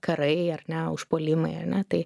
karai ar ne užpuolimai ane tai